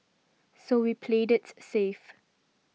so we played it safe